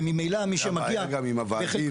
וממילא מי שמגיע --- כך היה גם עם הוועדים,